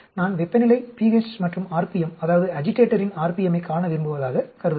நான் வெப்பநிலை pH மற்றும் rpm அதாவது அஜிடேடரின் rpm ஐ காண விரும்புவதாக கருதுங்கள்